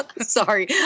Sorry